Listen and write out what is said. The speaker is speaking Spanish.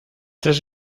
tres